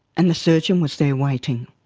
and the surgeon was there, waiting.